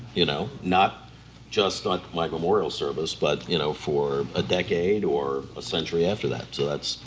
you know not just not michael memorial service but you know for a decade or a century after that, so that's.